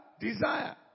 desire